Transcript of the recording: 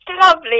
lovely